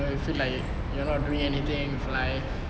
and then you feel like you're not doing anything with life